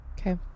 Okay